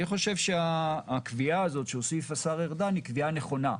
אני חושב שהקביעה הזאת שהוסיף השר ארדן היא קביעה נכונה,